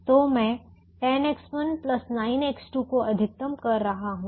तो मैं 10X1 9X2 को अधिकतम कर रहा हूं